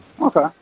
Okay